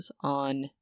on